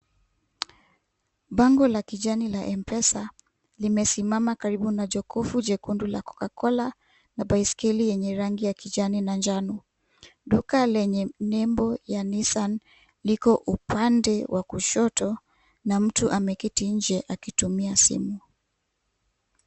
Bango la kijani la M-Pesa limesimama karibu na jokofu jekundu la Coca-Cola na baiskeli yenye rangi ya kijani na njano. Duka lenye nembo ya Nissan liko upande wa kushoto na mtu ameketi nje akitumia simu.